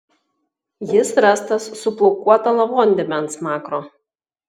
jis rastas su plaukuota lavondėme ant smakro